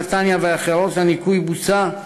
נתניה ואחרות הניקוי בוצע,